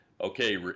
okay